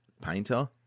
painter